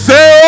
Say